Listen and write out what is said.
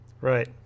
Right